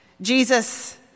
Jesus